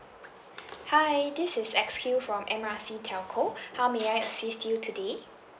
hi this is X Q from M R C telco how may I assist you today